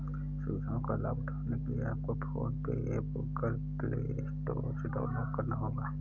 सुविधाओं का लाभ उठाने के लिए आपको PhonePe app Google play store से डाउनलोड करना होगा